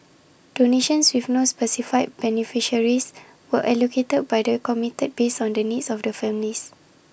donations with no specified beneficiaries were allocated by the committee based on the needs of the families